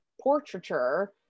portraiture